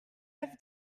have